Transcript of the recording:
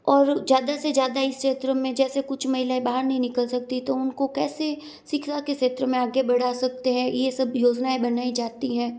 और ज़्यादा से ज़्यादा इस क्षेत्र में जैसे कुछ महिलायें बाहर नहीं निकाल सकती तो उनको कैसे शिक्षा के क्षेत्र में आगे बढ़ा सकते हैं यह सब योजनाएं बनाई जाती हैं